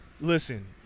listen